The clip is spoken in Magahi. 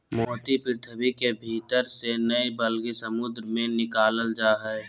मोती पृथ्वी के भीतर से नय बल्कि समुंद मे से निकालल जा हय